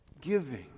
giving